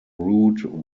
root